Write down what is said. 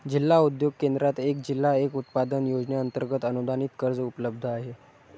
जिल्हा उद्योग केंद्रात एक जिल्हा एक उत्पादन योजनेअंतर्गत अनुदानित कर्ज उपलब्ध आहे